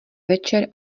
večer